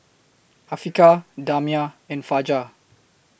Afiqah Damia and Fajar